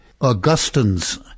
Augustine's